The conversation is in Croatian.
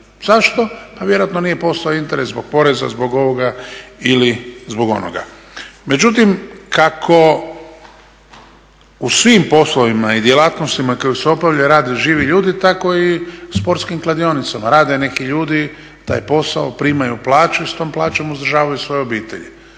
Zašto? Pa vjerojatno nije postojao interes zbog poreza zbog ovoga ili onoga. Međutim kako u svim poslovima i djelatnostima koji se … živi ljudi tako i sportskim kladionicama rade neki ljudi taj posao, primaju plaću i s tom plaćom uzdržavaju svoje obitelji.